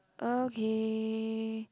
okay